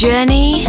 Journey